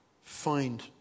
find